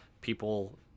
people